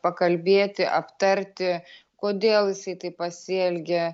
pakalbėti aptarti kodėl jisai taip pasielgė